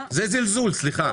זה זלזול, סליחה.